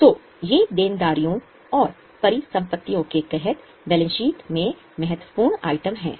तो ये देनदारियों और परिसंपत्तियों के तहत बैलेंस शीट में महत्वपूर्ण आइटम हैं